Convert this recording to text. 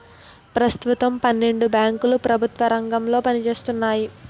పెస్తుతం పన్నెండు బేంకులు ప్రెభుత్వ రంగంలో పనిజేత్తన్నాయి